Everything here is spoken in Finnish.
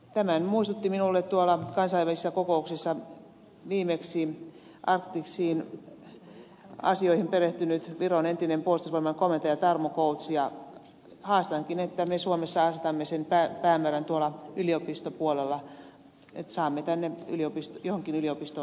tämän muistutti minulle kansainvälisessä kokouksessa viimeksi arctic sean asioihin perehtynyt viron entinen puolustusvoimain komentaja tarmo kouts ja haastankin että me suomessa asetamme sen päämäärän yliopistopuolella että saamme johonkin yliopistoon nobelin palkinnon